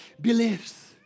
believes